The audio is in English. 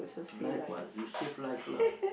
life what you save life lah